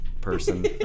person